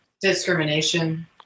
Discrimination